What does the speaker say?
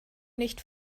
nicht